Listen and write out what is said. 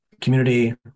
community